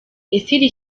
iri